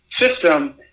system